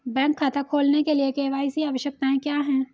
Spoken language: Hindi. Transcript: बैंक खाता खोलने के लिए के.वाई.सी आवश्यकताएं क्या हैं?